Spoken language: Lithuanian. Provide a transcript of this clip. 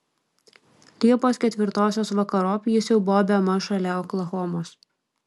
liepos ketvirtosios vakarop jis jau buvo bemaž šalia oklahomos